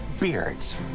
beards